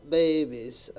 babies